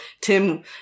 Tim